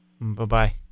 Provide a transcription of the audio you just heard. Bye-bye